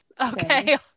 okay